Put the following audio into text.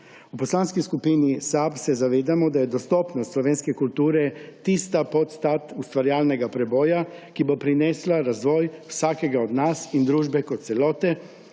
V Poslanski skupini SAB se zavedamo, da je dostopnost slovenske kulture tista podstat ustvarjalnega preboja, ki bo prinesla razvoj vsakega od nas in družbe kot celote,